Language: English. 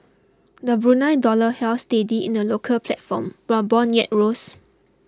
the Brunei dollar held steady in the local platform while bond yields rose